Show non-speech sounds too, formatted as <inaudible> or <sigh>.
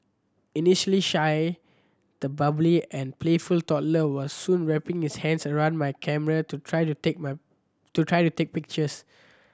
initially shy the bubbly and playful toddler was soon wrapping his hands round my camera to try to take <unintelligible> to try to take pictures